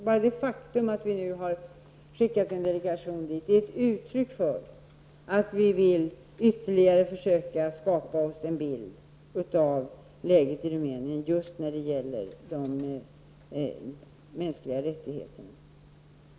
Bara det faktum att vi nu har skickat en delegation dit är ett uttryck för att vi vill göra ytterligare försök att skapa oss en bild av läget i Rumänien när det gäller de mänskliga rättigheterna.